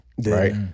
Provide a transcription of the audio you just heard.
Right